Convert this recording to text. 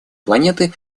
планеты